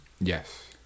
Yes